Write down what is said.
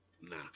nah